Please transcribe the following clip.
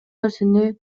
нерсени